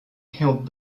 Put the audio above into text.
helped